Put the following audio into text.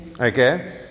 Okay